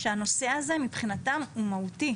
שהנושא הזה מבחינתם הוא מהותי.